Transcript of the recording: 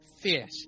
fish